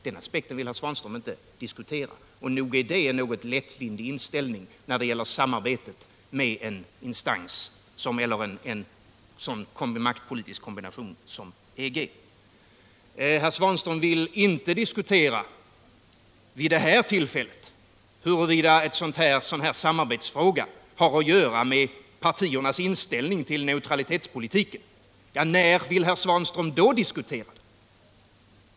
Den aspekten vill herr Svanström inte diskutera, och nog är det en något lättvindig inställning när det gäller samarbetet med en sådan maktpolitisk kombination som EG. Herr Svanström vill inte diskutera vid det här tillfället huruvida en sådan här samarbetsfråga har att göra med partiernas inställning till neutralitetspolitiken. När vill herr Svanström då diskutera detta?